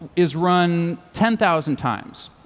is run ten thousand times.